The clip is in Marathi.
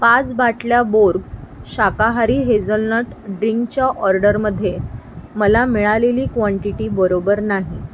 पाच बाटल्या बोर्ग्ज शाकाहारी हेझलनट ड्रिंकच्या ऑर्डरमध्ये मला मिळालेली क्वांटिटी बरोबर नाही